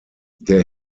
der